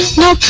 la